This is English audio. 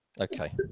Okay